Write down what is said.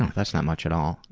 that's not much at all.